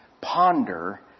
ponder